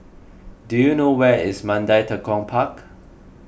do you know where is Mandai Tekong Park